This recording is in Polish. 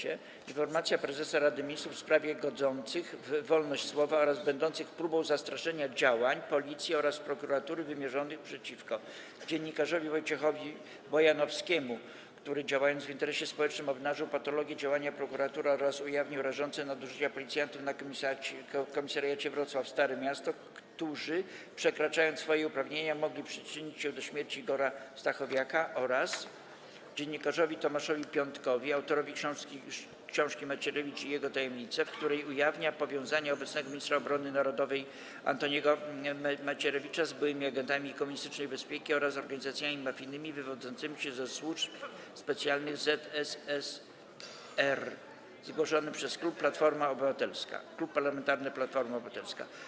Informacja prezesa Rady Ministrów w sprawie godzących w wolność słowa oraz będących próbą zastraszenia działań policji oraz prokuratury wymierzonych przeciwko: - dziennikarzowi Wojciechowi Bojanowskiemu, który działając w interesie społecznym, obnażył patologię działania prokuratury oraz ujawnił rażące nadużycia policjantów na komisariacie Wrocław-Stare Miasto, którzy przekraczając swoje uprawnienia, mogli przyczynić się do śmierci Igora Stachowiaka, oraz: - dziennikarzowi Tomaszowi Piątkowi, autorowi książki „Macierewicz i jego tajemnice”, w której ujawnia powiązania obecnego ministra obrony narodowej Antoniego Macierewicza z byłymi agentami komunistycznej bezpieki oraz organizacjami mafijnymi wywodzącymi się ze służb specjalnych ZSRR - zgłoszony przez Klub Parlamentarny Platforma Obywatelska.